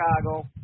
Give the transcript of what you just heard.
Chicago